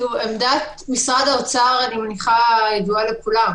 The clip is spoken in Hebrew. עמדת משרד האוצר, אני מניחה, ידועה לכולם.